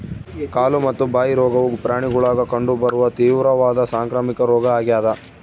ಕಾಲು ಮತ್ತು ಬಾಯಿ ರೋಗವು ಪ್ರಾಣಿಗುಳಾಗ ಕಂಡು ಬರುವ ತೀವ್ರವಾದ ಸಾಂಕ್ರಾಮಿಕ ರೋಗ ಆಗ್ಯಾದ